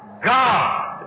God